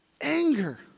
Anger